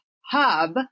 Hub